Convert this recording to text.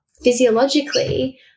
physiologically